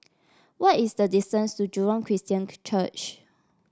what is the distance to Jurong Christian Church